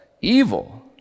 evil